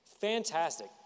fantastic